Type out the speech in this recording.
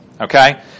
Okay